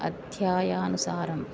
अध्यायानुसारम्